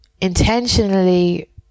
intentionally